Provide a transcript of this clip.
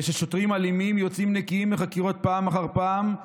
וששוטרים אלימים יוצאים נקיים מחקירות פעם אחר פעם,